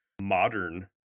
modern